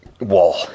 wall